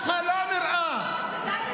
איזה רופא של צנחנים אמר את זה?